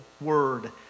word